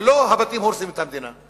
ולא הבתים הורסים את המדינה.